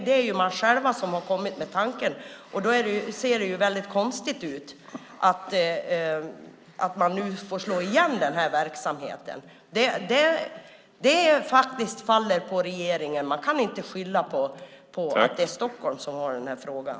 Det är de själva som har kommit med tanken, och det ser väldigt konstigt ut att verksamheten nu får slås igen. Det faller på regeringen, man kan inte skylla på att det är Stockholm som äger den här frågan.